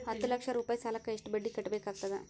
ಹತ್ತ ಲಕ್ಷ ರೂಪಾಯಿ ಸಾಲಕ್ಕ ಎಷ್ಟ ಬಡ್ಡಿ ಕಟ್ಟಬೇಕಾಗತದ?